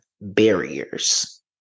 barriers